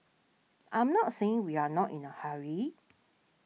I'm not saying we are not in a hurry